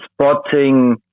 spotting